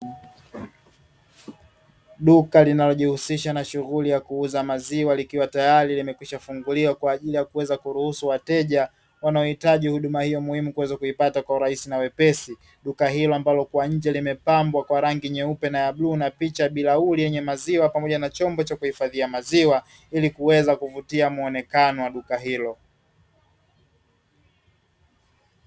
Duka linalojihusisha na shughuli ya kuuza maziwa likiwa tayari limekwisha funguliwa kwa ajili ya kuweza kuruhusu wateja wanaohitaji huduma hiyo muhimu kuweza kuipata kwa urahisi na wepesi. Duka hilo ambalo kwa nje limepambwa kwa rangi nyeupe na ya bluu, na picha ya bilauri yenye maziwa, pamoja na chombo cha kuhifadhia maziwa; ili kuweza kuvutia muonekano wa duka hilo.